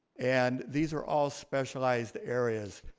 and these are all specialized areas.